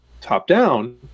top-down